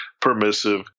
permissive